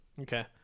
Okay